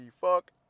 fuck